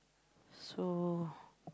so